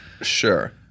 Sure